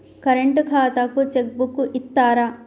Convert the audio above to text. Current ఖాతాకు check book ఇత్తరా?